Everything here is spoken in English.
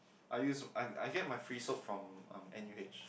I use I I get my free soap from um N_U_H